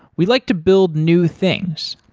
we like to build new things,